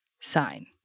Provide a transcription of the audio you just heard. sign